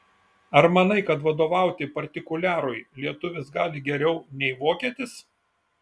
ar manai kad vadovauti partikuliarui lietuvis gali geriau nei vokietis